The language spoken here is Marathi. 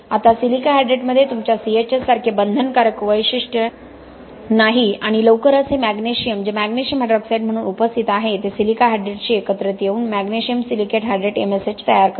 आता सिलिका हायड्रेटमध्ये तुमच्या C S H सारखे बंधनकारक वैशिष्ट्य नाही आणि लवकरच हे मॅग्नेशियम जे मॅग्नेशियम हायड्रॉक्साईड म्हणून उपस्थित आहे ते सिलिका हायड्रेटशी एकत्र येऊन मॅग्नेशियम सिलिकेट हायड्रेट MSH तयार करते